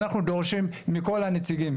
אנחנו דורשים מכל הנציגים,